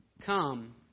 Come